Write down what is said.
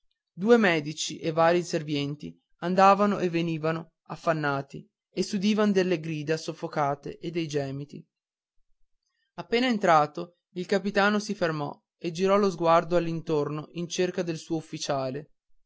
due medici e vari inservienti andavano e venivano affannati e s'udivan delle grida soffocate e dei gemiti appena entrato il capitano si fermò e girò lo sguardo all'intorno in cerca del suo ufficiale